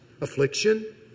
Affliction